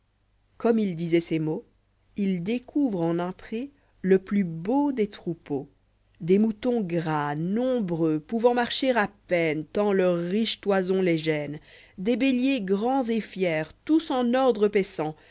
comme il disait ces mots il découvre en un pré le plus beau des'troïïpëaux des moutons gras nombreux pouvant marcher à peine tant leur riche toison les gêne des béliers grands et fiers tous en ordre paissants